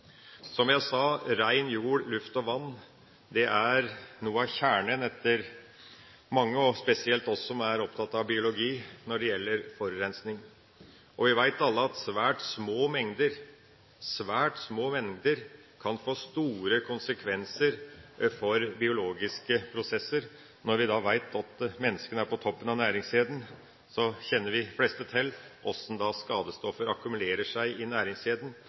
Som jeg sa: Rein jord, rein luft og reint vann er etter manges oppfatning, spesielt oss som er opptatt av biologi, noe av kjernen når det gjelder forurensning. Vi vet alle at svært små mengder – svært små mengder – kan få store konsekvenser for biologiske prosesser. Når vi også vet at menneskene er på toppen av næringskjeden, kjenner de fleste til hvordan skadestoffer akkumulerer seg i næringskjeden